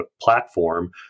platform